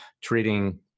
treating